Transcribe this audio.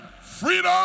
freedom